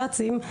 הש"צים,